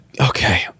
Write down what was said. Okay